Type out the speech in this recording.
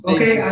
Okay